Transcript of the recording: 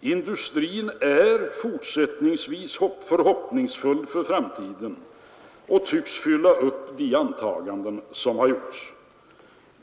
Industrin är fortsättningsvis förhoppningsfull för framtiden och tycks fylla upp de antaganden som har gjorts.